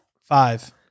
Five